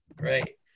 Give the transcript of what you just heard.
Right